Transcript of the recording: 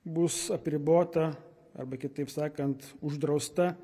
bus apribota arba kitaip sakant uždrausta